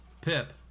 Pip